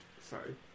Sorry